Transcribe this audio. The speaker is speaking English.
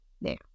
now